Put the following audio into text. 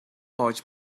pode